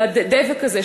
והדבק הזה,